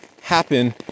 happen